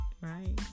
Right